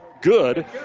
good